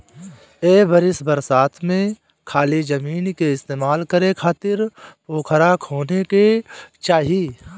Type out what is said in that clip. ए बरिस बरसात में खाली जमीन के इस्तेमाल करे खातिर पोखरा खोने के चाही